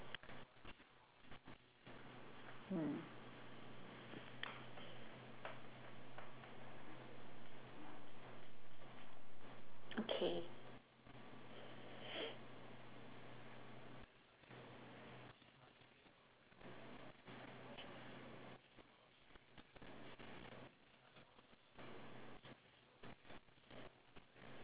hmm okay